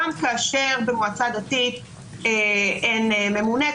גם כאשר במועצה דתית אין ממונה,